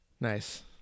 nice